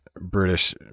british